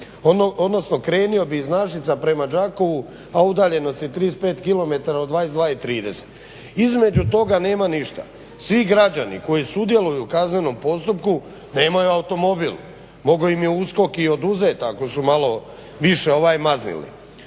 odnosno krenuo bi iz Našica prema Đakovu, a udaljenost je 35 km u 22,30. Između toga nema ništa. Svi građani koji sudjeluju u kaznenom postupku pa imaju automobil, mogao im je USKOK i oduzet ako su malo više maznuli.